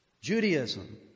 Judaism